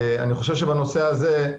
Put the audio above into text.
אני חושב שבנושא הזה,